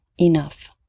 enough